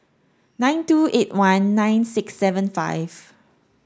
nine two eight one nine six seven five